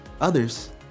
Others